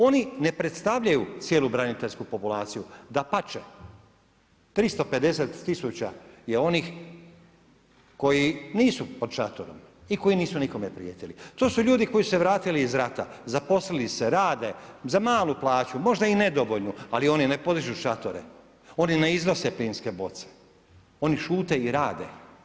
Oni ne predstavljaju cijelu braniteljsku populaciju, dapače, 350 000 tisuća je onih koji nisu pod šatorom i koji nisu nikome prijetili, to su ljudi koji su se vratili iz rata, zaposlili se, rade, za malu plaću, možda i nedovoljnu, ali oni ne podižu šatore, oni ne iznose plinske boce, oni šute i rade.